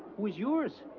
who's yours?